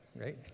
right